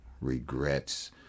regrets